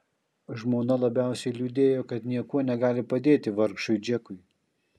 žmona labiausiai liūdėjo kad niekuo negali padėti vargšui džekui